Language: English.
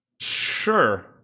Sure